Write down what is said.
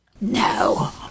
No